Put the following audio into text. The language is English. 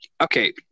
Okay